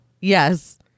yes